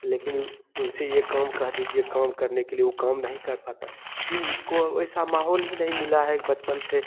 लेकिन उन से यह काम कह दीजिए काम करने के लिए वह काम नहीं कर पाता कि उसको ऐसा माहौल ही नहीं मिला है बचपन से